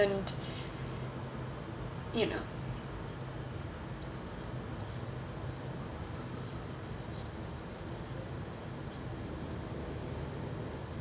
you know